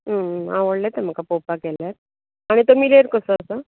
आवडलें तें म्हाका पळोवपाक गेल्यार आनी हो तो मिलेर कसो आसा